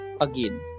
again